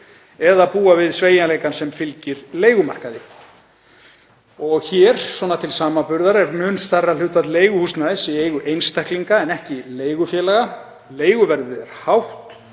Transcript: eða búa við sveigjanleikann sem fylgir leigumarkaði. Hér, svona til samanburðar, er mun stærra hlutfall leiguhúsnæðis í eigu einstaklinga en ekki leigufélaga, leiguverð er hátt